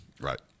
Right